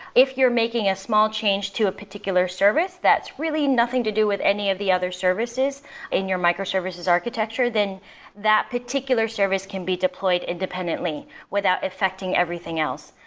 if you're making a small change to a particular service that's really nothing to do with any of the other services in your microservices architecture then that particular service can be deployed independently without affecting everything else.